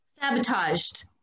sabotaged